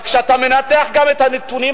אבל כשאתה מנתח גם את הנתונים